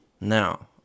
Now